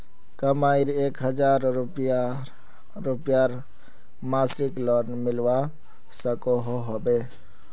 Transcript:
मकईर एक हजार रूपयार मासिक लोन मिलवा सकोहो होबे?